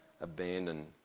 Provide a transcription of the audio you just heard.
abandon